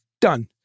done